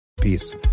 Peace